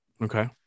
Okay